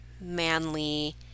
manly